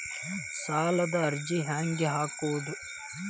ಸಾಲದ ಅರ್ಜಿ ಹೆಂಗ್ ಹಾಕುವುದು?